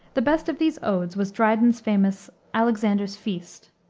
the best of these odes was dryden's famous alexander's feast,